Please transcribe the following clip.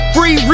Free